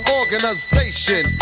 organization